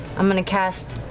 i'm going to cast,